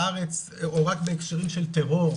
בארץ רק בהקשרים של טרור,